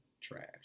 trash